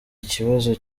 ikibazo